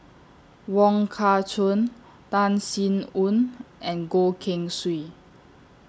Wong Kah Chun Tan Sin Aun and Goh Keng Swee